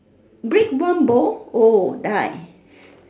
break one bowl oh die